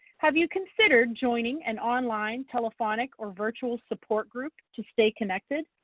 have you considered joining an online telephonic or virtual support group to stay connected?